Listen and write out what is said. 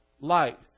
light